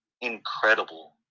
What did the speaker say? incredible